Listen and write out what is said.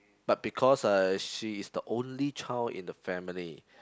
but because uh she's the only child in the family